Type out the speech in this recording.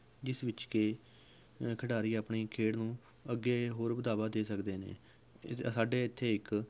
ਜਿਸ ਵਿੱਚ ਕਿ ਖਿਡਾਰੀ ਆਪਣੀ ਖੇਡ ਨੂੰ ਅੱਗੇ ਹੋਰ ਵਧਾਵਾ ਦੇ ਸਕਦੇ ਨੇ ਅਤੇ ਸਾਡੇ ਇੱਥੇ ਇੱਕ